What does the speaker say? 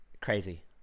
crazy